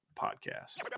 podcast